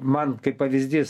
man kaip pavyzdys